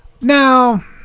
now